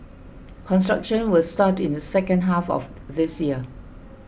construction will start in the second half of this year